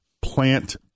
Plant